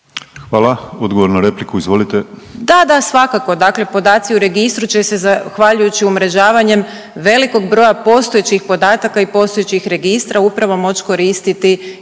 Hvala. Odgovor na repliku, izvolite. **Rogić Lugarić, Tereza** Da, da svakako, dakle podaci u registru će se zahvaljujući umrežavanjem velikog broja postojećih podataka i postojećih registra upravo moć koristiti i